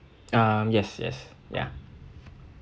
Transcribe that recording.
um yes yes ya